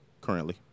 currently